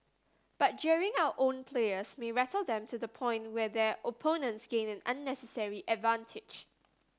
but jeering our own players may rattle them to the point where their opponents gain an unnecessary advantage